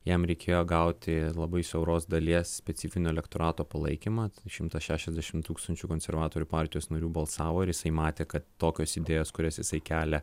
jam reikėjo gauti labai siauros dalies specifinio elektorato palaikymą šimtas šešiasdešim tūkstančių konservatorių partijos narių balsavo ir jisai matė kad tokios idėjos kurias jisai kelia